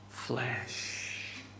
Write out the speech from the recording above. Flesh